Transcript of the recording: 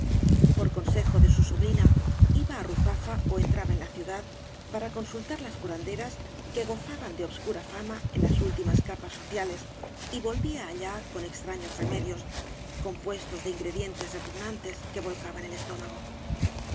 por consejo de su sobrina iba á ruzafa ó entraba en la ciudad para consultar las curanderas que gozaban de obscura fama en las últimas capas sociales y volvía allá con extraños reme v blasco i bañes dios compuestos de ingredientes repugnantes que volcaban el estómago